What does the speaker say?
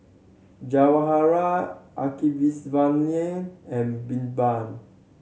Jawaharlal and Birbal